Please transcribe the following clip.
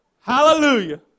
Hallelujah